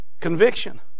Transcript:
conviction